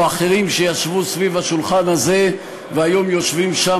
או אחרים שישבו סביב השולחן הזה והיום יושבים שם,